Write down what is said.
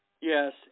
yes